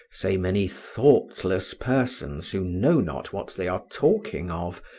say many thoughtless persons, who know not what they are talking of,